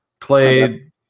played